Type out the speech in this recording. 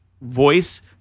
voice